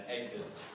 exits